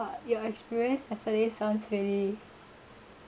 !wah! your experience actually sounds very